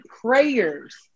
prayers